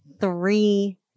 three